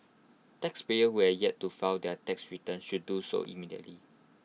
taxpayers who have yet to file their tax returns should do so immediately